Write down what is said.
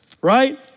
right